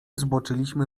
zboczyliśmy